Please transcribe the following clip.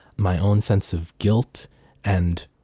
my own sense of guilt and